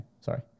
sorry